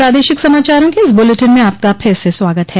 प्रादेशिक समाचारों के इस बुलेटिन में आपका फिर से स्वागत है